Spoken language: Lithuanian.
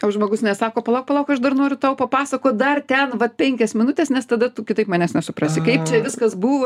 tau žmogus nesako palauk palauk aš dar noriu tau papasakot dar ten vat penkias minutes nes tada tu kitaip manęs nesuprasi kaip čia viskas buvo